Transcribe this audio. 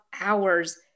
hours